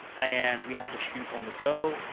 and we have to shoot on the go.